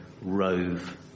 rove